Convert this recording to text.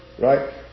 right